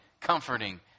comforting